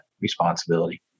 responsibility